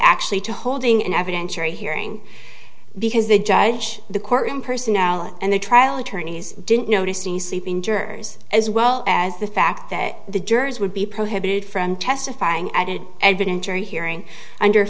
actually to holding an evidentiary hearing because the judge the courtroom personality and the trial attorneys didn't notice the sleeping jurors as well as the fact that the jurors would be prohibited from testifying at it evidentiary hearing under